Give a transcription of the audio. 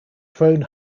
thrown